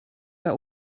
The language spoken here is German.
war